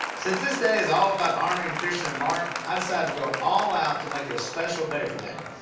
since this day is all about honoring christian and mark, i decided to go all out to make it a special day for them.